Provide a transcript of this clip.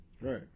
Right